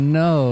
no